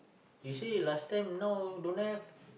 you say last time now don't have